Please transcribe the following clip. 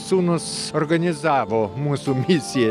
sūnus organizavo mūsų misija